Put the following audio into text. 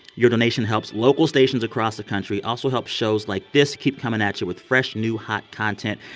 your donation helps local stations across the country, also help shows like this keep coming at it with fresh, new, hot content.